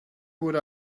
would